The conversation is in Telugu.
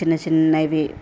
చిన్నచిన్నవి